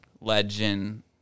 Legend